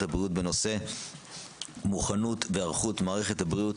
הבריאות בנושא מוכנות והיערכות מערכת הבריאות